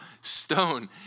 stone